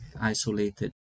isolated